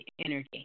energy